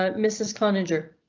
ah mrs conjur.